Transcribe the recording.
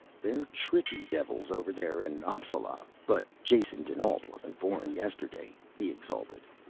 they're tricky devils over there in appsala, but jason dinalt wasn't born yesterday, he exulted.